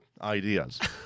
ideas